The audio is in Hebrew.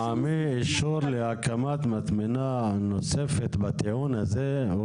אין לנו את התהליך התכנוני הזה.